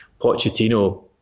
Pochettino